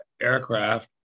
aircraft